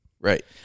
Right